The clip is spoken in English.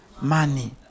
money